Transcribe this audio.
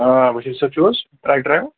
آ بٔشیٖرصٲب چھُو حظ ٹرٛک ڈریوَر